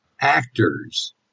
actors